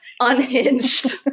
unhinged